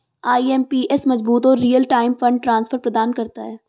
IMPS मजबूत और real time fund transfer प्रदान करता है